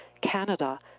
Canada